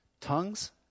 Tongues